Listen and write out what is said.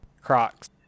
Crocs